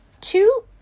Two